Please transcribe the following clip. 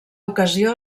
ocasió